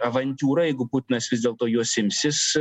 avantiūra jeigu putinas vis dėlto jos imsis